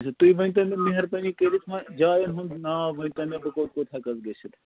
اچھا تُہۍ ؤنۍتو مےٚ مہربٲنی کٔرِتھ وۄنۍ جایَن ہُنٛد ناو ؤنۍتو مےٚ بہٕ کوٚت کوٚت ہٮ۪کہٕ حظ گٔژھِتھ